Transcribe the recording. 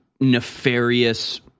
nefarious